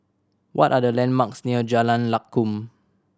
what are the landmarks near Jalan Lakum